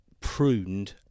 pruned